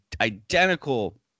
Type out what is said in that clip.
identical